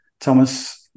Thomas